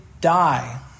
die